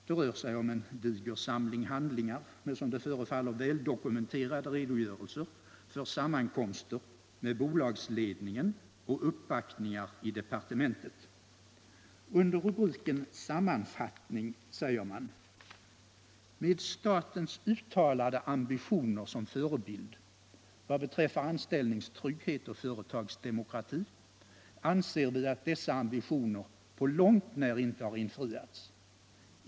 Det rör sig om en diger samling handlingar med, som det förefaller, väldokumenterade redogörelser för sammankomster med bolagsledningen och uppvaktningar i departementet. Under rubriken Sammanfattning säger man: ”Med statens uttalade ambitioner som förebild vad beträffar anställningstrygghet och företagsdemokrati anser vi att dessa ambitioner på långt när inte har infriats.